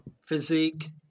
physique